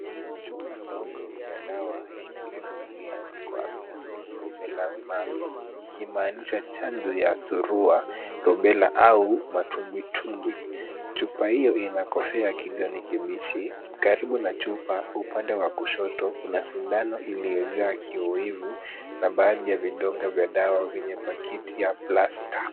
Chupa ndogo ya dawa lenye lebo iliolyoandikwa measures, rubella, mumps ikiwa ni chanjo ya surua, rubela au matumbwitumbwi. Chupa hiyo ina kofia ya kijani kibichi. Karibu na chupa, upande wa kushoto kuna sindano iliyojaa kioevu na baadhi ya vidonge vya dawa yenye pakiti ya plasta.